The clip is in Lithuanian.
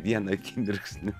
vieną akimirksnį